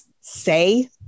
say